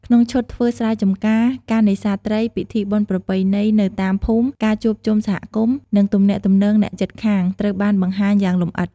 ក្នុងឈុតធ្វើស្រែចម្ការ ការនេសាទត្រី ពិធីបុណ្យប្រពៃណីនៅតាមភូមិ ការជួបជុំសហគមន៍ និងទំនាក់ទំនងអ្នកជិតខាង ត្រូវបានបង្ហាញយ៉ាងលម្អិត ។